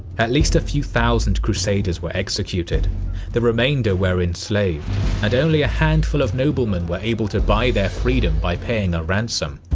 at least a few thousand crusaders were executed the remainder were enslaved and only a handful of noblemen were able to buy their freedom by paying a ransom.